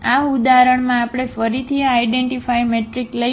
આ ઉદાહરણમાં આપણે ફરીથી આ આઇડેન્ટીફાય મેટ્રિક્સ લઈશું